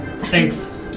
Thanks